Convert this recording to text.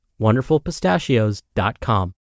WonderfulPistachios.com